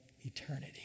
eternity